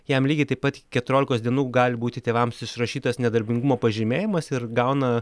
jam lygiai taip pat keturiolikos dienų gali būti tėvams išrašytas nedarbingumo pažymėjimas ir gauna